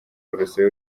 urusobe